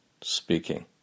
speaking